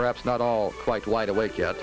perhaps not all quite wide awake yet